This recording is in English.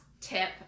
tip